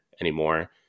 anymore